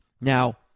Now